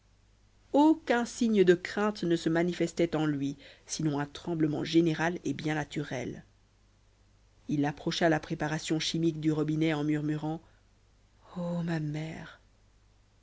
aucun signe de crainte ne se manifestait en lui sinon un tremblement général et bien naturel il approcha la préparation chimique du robinet en murmurant ô ma mère